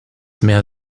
mehr